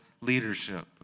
leadership